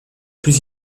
plus